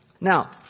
Now